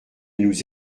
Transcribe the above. nous